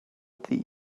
ddydd